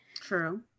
True